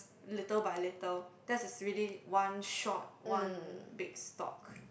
little by little theirs is really one short one big stock